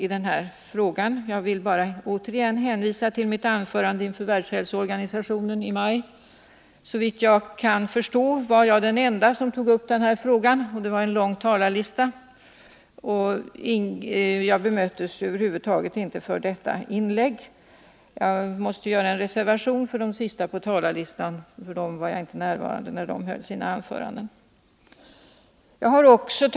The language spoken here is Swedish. Jag villi det sammanhanget återigen hänvisa till mitt anförande inför Världshälsoorganisationen i maj. Av dem som stod upptagna på den långa talarlistan var jag såvitt jag förstår den enda som tog upp den här frågan — jag får dock göra en reservation för de talare som stod sist på talarlistan, eftersom jag inte var närvarande när de höll sina anföranden. Jag bemöttes över huvud taget inte med anledning av detta inlägg.